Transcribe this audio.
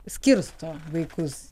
skirsto vaikus